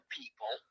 people